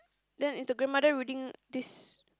then is the grandmother reading this